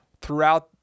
Throughout